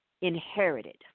inherited